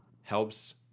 helps